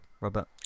robert